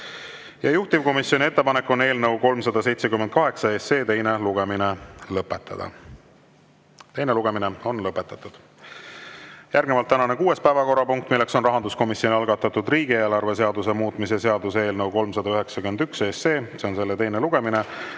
Juhtivkomisjoni ettepanek on eelnõu 378 teine lugemine lõpetada. Teine lugemine on lõpetatud. Järgnevalt tänane kuues päevakorrapunkt, milleks on rahanduskomisjoni algatatud riigieelarve seaduse muutmise seaduse eelnõu 391 teine lugemine.